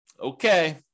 Okay